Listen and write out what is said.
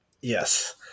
Yes